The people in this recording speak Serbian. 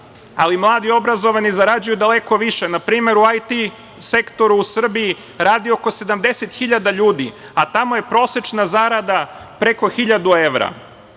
ali mladi obrazovani zarađuju daleko više. Na primer, u IT sektoru u Srbiji radi oko 70.000 ljudi, a tamo je prosečna zarada preko 1.000 evra.